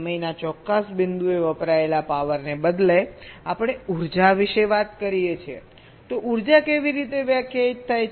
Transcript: સમયના ચોક્કસ બિંદુએ વપરાયેલા પાવરને બદલે આપણે ઉર્જા વિશે વાત કરીએ છીએ તો ઉર્જા કેવી રીતે વ્યાખ્યાયિત થાય છે